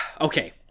okay